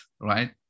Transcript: right